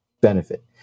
benefit